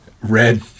red